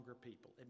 people